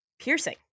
Piercing